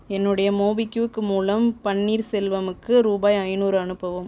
என்னுடைய மோபிக்விக் மூலம் பன்னீர்செல்வமுக்கு ரூபாய் ஐந்நூறு அனுப்பவும்